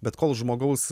bet kol žmogaus